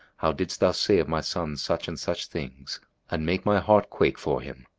how didst thou say of my son such and such things and make my heart quake for him?